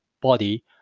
body